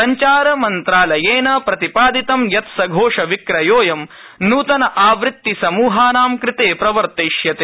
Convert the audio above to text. संचार मन्त्रालयेन प्रतिपादितं यत् सघोषविक्रयोऽयं नूतन आवृत्ति समूहानां कृते प्रवर्तिष्यते